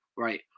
Right